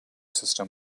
system